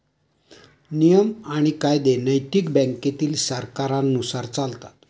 नियम आणि कायदे नैतिक बँकेतील सरकारांनुसार चालतात